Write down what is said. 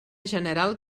general